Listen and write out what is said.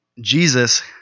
Jesus